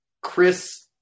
Chris